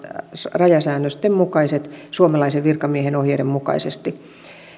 rajasäännöstön mukaiset suomalaisen virkamiehen ohjeiden mukaisesti